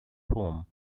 home